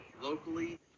locally